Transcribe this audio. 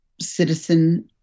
citizen